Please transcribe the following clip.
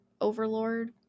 Overlord